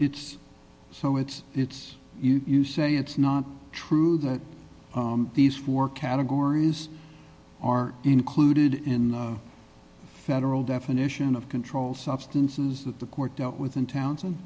it's so it's it's you you say it's not true that these four categories are included in federal definition of controlled substances that the court dealt with in towns and